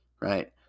right